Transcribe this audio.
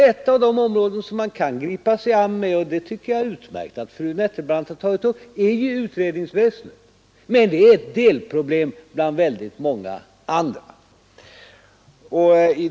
Ett av de områden man kan ta itu med — och det tycker jag är utmärkt att fru Nettelbrandt har tagit upp — är utredningsväsendet, men det är ett delproblem bland väldigt många andra.